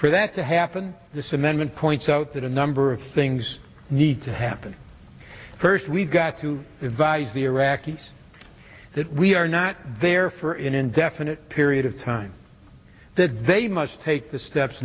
for that to happen this amendment points out that a number of things this needs to happen first we've got to value the iraqis that we are not there for an indefinite period of time that they must take the steps